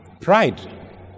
Pride